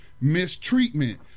mistreatment